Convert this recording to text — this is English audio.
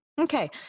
Okay